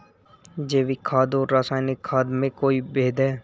जैविक खाद और रासायनिक खाद में कोई भेद है?